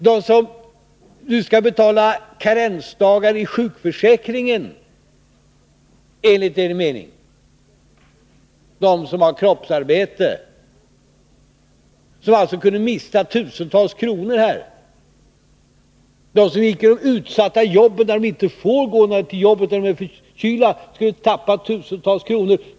De som enligt er mening skulle betala karensdagar i sjukförsäkringen — människor med kroppsarbete, människor med yrken där det inte är möjligt att gå till jobbet med förkylning — skulle förlora tusentals kronor.